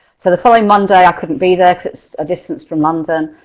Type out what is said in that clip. so, the following monday, i couldn't be there cuz it's a distance from london.